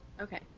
Okay